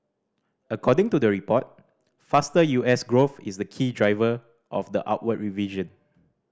according to the report faster U S growth is the key driver of the upward revision